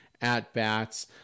at-bats